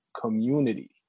community